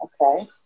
Okay